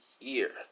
year